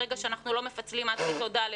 ברגע שאנחנו לא מפצלים עד כיתות ד',